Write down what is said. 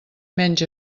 menys